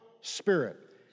spirit